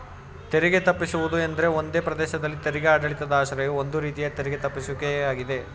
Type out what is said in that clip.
ತೆರಿಗೆ ತಪ್ಪಿಸುವುದು ಎಂದ್ರೆ ಒಂದೇ ಪ್ರದೇಶದಲ್ಲಿ ತೆರಿಗೆ ಆಡಳಿತದ ಆಶ್ರಯವು ಒಂದು ರೀತಿ ತೆರಿಗೆ ತಪ್ಪಿಸುವಿಕೆ ಯಾಗಿದೆ